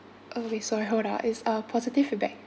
oh wait sorry hold ah is a positive feedback